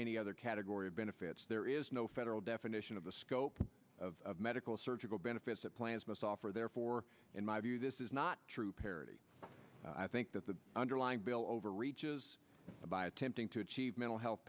any other category of benefits there is no federal definition of the scope of medical surgical benefits that plans must offer therefore in my view this is not true parity i think that the underlying bill overreaches by attempting to achieve mental health